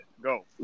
Go